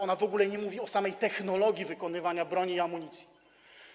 Ona w ogóle nie mówi o samej technologii wykonywania broni i amunicji.